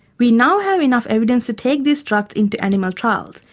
we now have enough evidence to take this drug into animal trials,